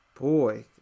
Boy